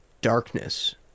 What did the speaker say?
darkness